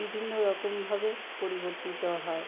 বিভিন্ন রকমভাবে পরিবর্তিত হয়